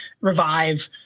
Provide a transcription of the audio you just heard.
revive